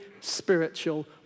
spiritual